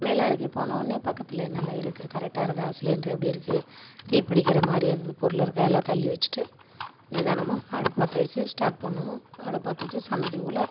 சமையல் அறைக்கு போனோவுனே பக்கத்தில் என்னென்ன இருக்குது கரெக்டாக இருக்கா சிலிண்ட்ரு எப்படி இருக்குது தீ பிடிக்கிற மாதிரி எதாவது பொருள் இருக்கா எல்லாம் தள்ளி வச்சுட்டு நிதானமாக அடுப்பு பற்ற வச்சு ஸ்டார்ட் பண்ணுவோம் அடுப்பு பற்ற வச்சு சமைக்கக்குள்ள